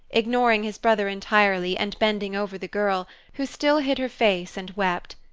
ignoring his brother entirely and bending over the girl, who still hid her face and wept.